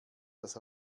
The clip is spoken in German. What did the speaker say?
das